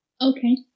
Okay